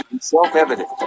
self-evident